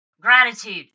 gratitude